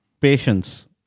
Patience